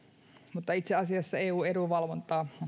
mutta itse asiassa eu edunvalvontaa